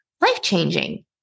life-changing